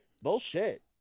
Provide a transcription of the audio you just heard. Bullshit